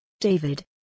David